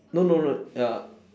no no no uh